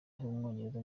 w’umwongereza